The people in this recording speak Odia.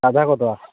ସାଦା କରି ଦେବା